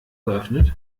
geöffnet